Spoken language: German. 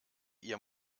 ihr